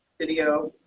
video